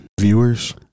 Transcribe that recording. Viewers